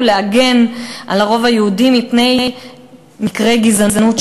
להגן על הרוב היהודי מפני מקרי גזענות,